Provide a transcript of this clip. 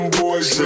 boys